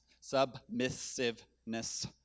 submissiveness